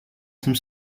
some